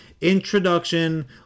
introduction